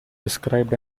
described